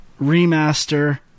Remaster